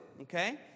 Okay